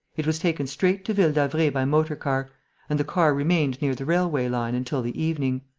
it was taken straight to ville d'avray by motor-car and the car remained near the railway-line until the evening.